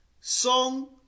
song